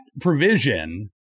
provision